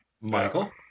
Michael